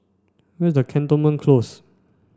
where is Cantonment Close